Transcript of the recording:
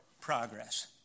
progress